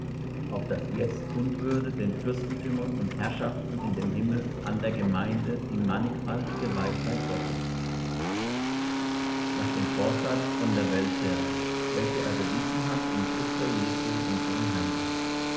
auf daß jetzt kund würde den fürstentümern und herrschaften in dem himmel an der gemeinde die mannigfaltige weisheit gottes nach dem vorsatz von der welt her welche er bewiesen hat in christo jesu unserm herrn